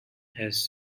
has